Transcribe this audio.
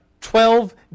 Twelve